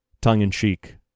tongue-in-cheek